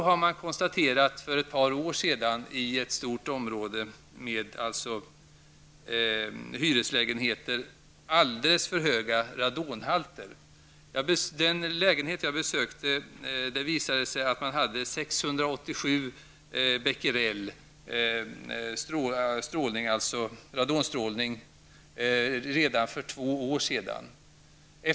I ett stort område i Jordbro med hyreslägenheter konstaterade man för ett par år sedan alldeles för höga radonhalter. I den lägenhet jag besökte visade det sig att strålningen var 687 becquerel redan för två år sedan.